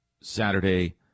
Saturday